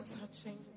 touching